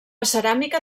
ceràmica